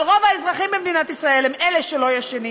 אבל רוב האזרחים במדינת ישראל, הם שלא ישנים.